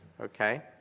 Okay